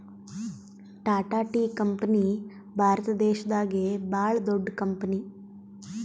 Tata tea company ಭಾರತ ದೇಶದಾಗೆ ಭಾಳ್ ದೊಡ್ಡದ್ ಕಂಪನಿ